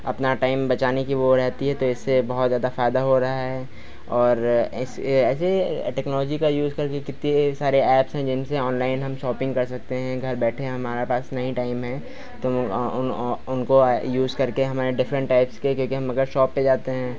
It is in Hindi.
अपना टाइम बचाने की वह रहती है तो इससे बहुत ज़्यादा फ़ायदा हो रहा है और इस ऐसे टेक्नोलोजी का उसे करके कितने सारे एप्स हैं जिनसे ओनलाइन हम शौपिंग कर सकते हैं घर बैठे हमारे पास नहीं टाइम है तो उन उनको यूज करके हमारे डिफरेंट टाइप्स के के हम अगर शॉप पर जाते हैं